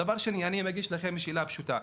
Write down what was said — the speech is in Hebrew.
דבר שני, אני מגיש לכם שאלה פשוטה.